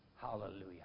Hallelujah